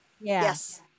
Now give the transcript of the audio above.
Yes